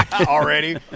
Already